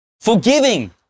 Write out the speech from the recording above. forgiving